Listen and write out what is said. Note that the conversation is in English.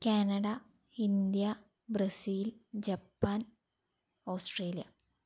Canada India Brazil Japan Australia